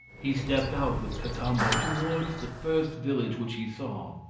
he stepped out with cacambo towards the first village which he saw.